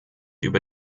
über